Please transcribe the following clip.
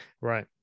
Right